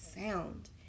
sound